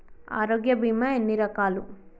ఆరోగ్య బీమా ఎన్ని రకాలు?